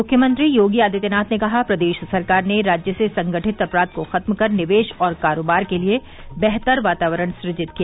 मुख्यमंत्री योगी आदित्यनाथ ने कहा प्रदेश सरकार ने राज्य से संगठित अपराध को खत्म कर निवेश और कारोबार के लिए बेहतर वातावरण सृजित किया